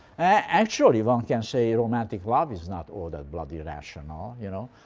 actually one can say romantic love is not all that bloody rational. you know?